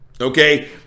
Okay